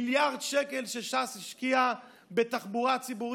מיליארד שקל שש"ס השקיעה בתחבורה ציבורית,